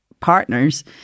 partners